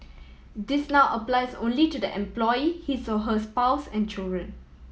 this now applies only to the employee his or her spouse and children